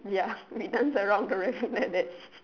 ya we dance around the rabbit like that